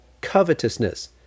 covetousness